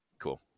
cool